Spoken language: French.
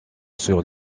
sur